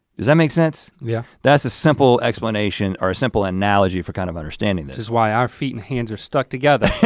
does that make sense? yeah. that's a simple explanation or a simple analogy for kind of understanding this. this is why our feet and hands are stuck together?